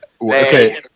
Okay